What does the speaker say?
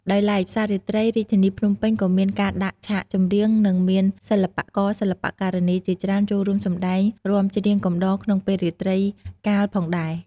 ដោយឡែកផ្សាររាត្រីរាជធានីភ្នំពេញក៏មានការដាក់ឆាកចម្រៀង និងមានសិល្បករ សិល្បការិនីជាច្រើនចូលរួមសម្តែងរាំច្រៀងកំដរក្នុងពេលរាត្រីកាលផងដែរ។